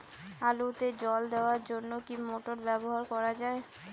আলুতে জল দেওয়ার জন্য কি মোটর ব্যবহার করা যায়?